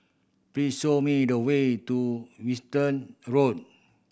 please show me the way to Winstedt Road